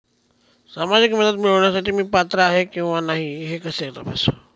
सामाजिक मदत मिळविण्यासाठी मी पात्र आहे किंवा नाही हे कसे तपासू?